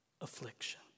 affliction